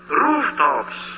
rooftops